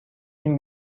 این